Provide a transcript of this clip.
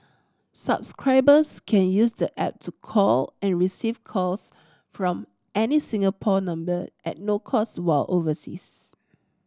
subscribers can use the app to call and receive calls from any Singapore number at no cost while overseas